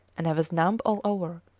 and i was numb all over.